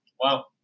Wow